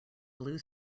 blue